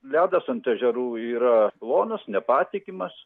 ledas ant ežerų yra plonas nepatikimas